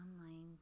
online